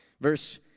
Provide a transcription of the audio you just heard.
Verse